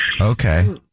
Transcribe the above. Okay